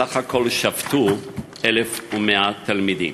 ובסך הכול שבתו 1,100 תלמידים.